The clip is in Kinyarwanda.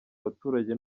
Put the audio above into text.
abaturage